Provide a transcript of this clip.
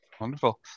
Wonderful